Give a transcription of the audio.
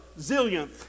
zillionth